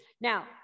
Now